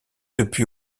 depuis